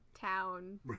town